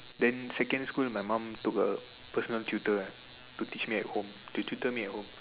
then secondary school my mom took a personal tutor ah to teach me at home to tutor me at home